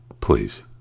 Please